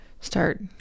start